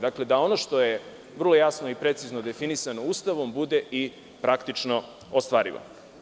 Dakle, da ono što je vrlo jasno i precizno definisano Ustavom bude i praktično ostvarivo.